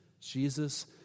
Jesus